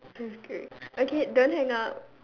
that's good okay don't hang up